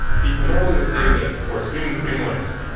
people normally would say that for streaming frameworks,